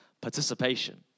participation